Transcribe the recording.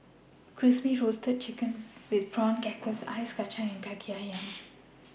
Crispy Roasted Chicken with Prawn Crackers Ice Kachang and Kaki Ayam